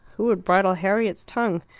who would bridle harriet's tongue?